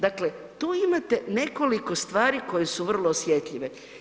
Dakle, tu imate nekoliko stvari koje su vrlo osjetljive.